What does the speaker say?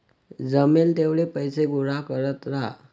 जमेल तेवढे पैसे गोळा करत राहा